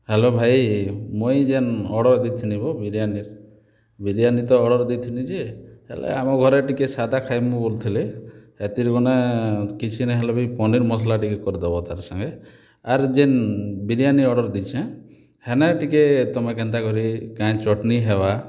hello ଭାଇ ମୁଇଁ ଯେନ୍ ଅର୍ଡ଼ର୍ ଦେଇଥିଲି ଗୋ ବିରିୟାନୀ ବିରିୟାନୀ ତ ଅର୍ଡ଼ର୍ ଦେଇଥିନି ଯେ ହେଲେ ଆମ ଘରେ ଟିକେ ସାଧା ଖାଇମୁ ବୋଲୁଥିଲେ ହେତିର୍ ମାନେ କିଛି ନାଇଁ ହେଲେ ବି ପନିର୍ ମସଲା ଟିକେ କରିଦବ ତାର୍ ସାଙ୍ଗ ଆର ଯେନ୍ ବିରିୟାନୀ ଅର୍ଡ଼ର୍ ଦେଇଛ ହେନେ ଟିକେ ତମେ କେନ୍ତା କରି କାଇଁ ଚଟଣି ହେବା